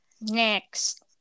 Next